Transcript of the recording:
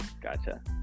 Gotcha